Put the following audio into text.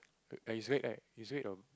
err is red right is red or